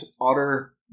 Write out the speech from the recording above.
otter